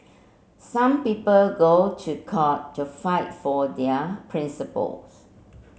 some people go to court to fight for their principle